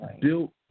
built